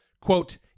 Quote